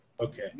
Okay